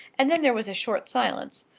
and then there was a short silence.